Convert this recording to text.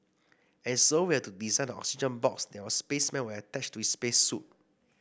and so we had to design the oxygen box that our spaceman would attach to his space suit